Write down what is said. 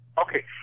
Okay